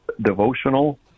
devotional